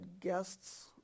guests